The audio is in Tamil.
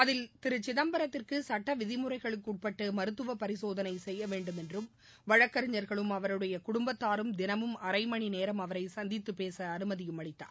அதில் திரு சிதம்பரத்திற்கு சுட்டவிதிமுறைகளுக்குட்பட்டு மருத்துவ பரிசோதனை செய்யவேண்டும் என்றும் வழக்கறிஞர்களும் அவருடைய குடும்பத்தினரும் தினமும் அரைமணிநேரம் அவரை சந்தித்து பேச அனுமதியும் அளித்தார்